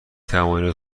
توانید